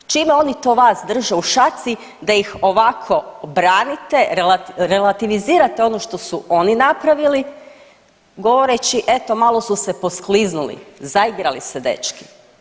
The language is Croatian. Čime oni to vas drže u šaci da ih ovako branite, relativizirate ono što su oni napravili, govoreći eto malo su se poskliznuli, zaigrali se dečki.